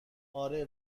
آره